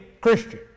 Christian